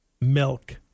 Milk